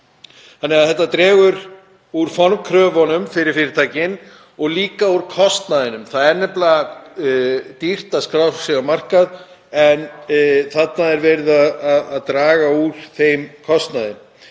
Þetta dregur því úr formkröfunum fyrir fyrirtækin og líka úr kostnaðinum. Það er nefnilega dýrt að skrá sig á markað en þarna er verið að draga úr þeim kostnaði.